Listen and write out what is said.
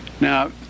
Now